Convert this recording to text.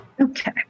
okay